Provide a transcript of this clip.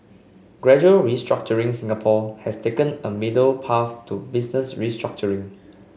gradual restructuring Singapore has taken a middle path to business restructuring